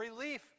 relief